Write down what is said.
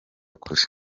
kure